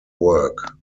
work